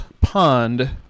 Pond